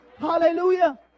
Hallelujah